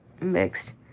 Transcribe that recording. mixed